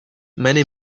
many